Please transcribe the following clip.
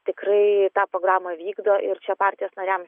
tikrai tą programą vykdo ir čia partijos nariams